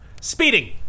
Speeding